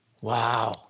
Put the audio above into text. Wow